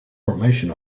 formation